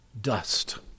dust